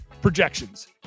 projections